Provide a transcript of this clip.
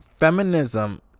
Feminism